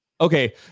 okay